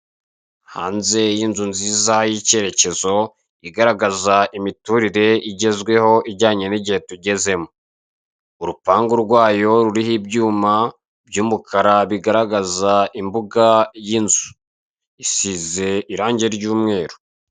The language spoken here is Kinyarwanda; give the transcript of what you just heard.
Hanze y'inzu nziza y'icyerekezo, igaragaza imiturire igezweho, ijyanye n'igihe tugezemo. Urupangu rwayo ruriho ibyuma by'umukara bigaragaza imbuga y'inzu. Isize irange ry'umweru.